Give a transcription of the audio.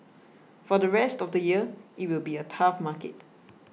for the rest of the year it will be a tough market